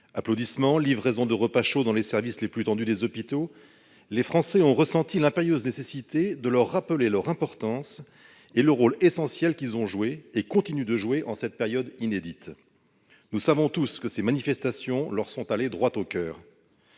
Applaudissements, livraisons de repas chauds dans les services les plus tendus des hôpitaux ...: nos concitoyens ont ressenti l'impérieuse nécessité de leur rappeler leur importance et le rôle essentiel qu'ils ont joué et continuent de jouer en cette période inédite. Nous savons tous que ces manifestations sont allées droit au coeur